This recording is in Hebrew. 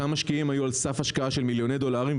אותם משקיעים היו על סף השקעה של מיליוני דולרים,